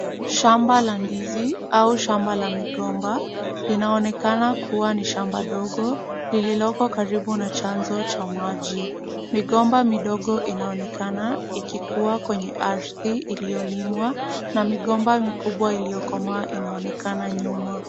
Shamba la ndizi au shamba la migomba, linaonekana kuwa ni shamba ndogo lililoko karibu na chanzo cha maji. Migomba midogo inaonekana ikikua kwenye ardhi iliyolimwa na migomba mikubwa iliyokomaa inaonekana nyuma.